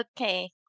Okay